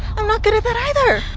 i'm not good at that either!